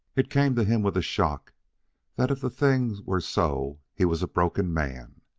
it came to him with a shock that if the thing were so he was a broken man.